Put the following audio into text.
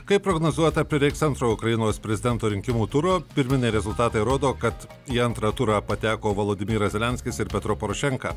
kaip prognozuota prireiks antro ukrainos prezidento rinkimų turo pirminiai rezultatai rodo kad į antrą turą pateko vladimiras zelenskis ir petro porošenka